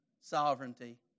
sovereignty